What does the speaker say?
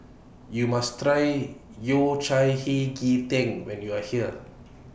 YOU must Try Yao Cai Hei Ji Tang when YOU Are here